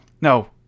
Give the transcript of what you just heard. No